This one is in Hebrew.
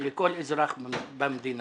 לכל אזרח במדינה.